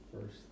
First